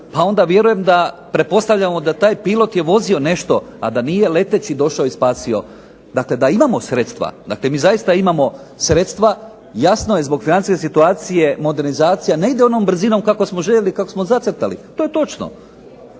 pa onda pretpostavljamo da je taj pilot vozio nešto, a da nije leteći došao i spasio. Dakle, imamo sredstva dakle mi zaista imamo sredstva. Jasno je da zbog financijske situacije modernizacija ne ide onom brzinom kako smo željeli, kako smo zacrtali. To je točno.